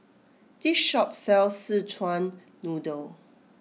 this shop sells Szechuan Noodle